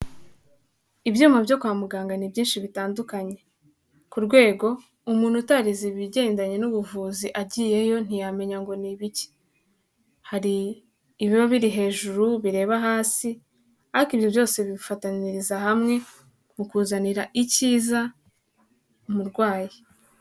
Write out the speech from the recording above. Ibyuma byo kwa muganga ni byinshi bitandukanye, ku rwego umuntu utarize ibigendanye n’ubuvuzi agiyeyo ntiyamenya ngo ni ibiki. Hari ibiba biri hejuru bireba hasi, ariko ibyo byose bifatanyiriza hamwe mu kuzanira icyiza umurwayi.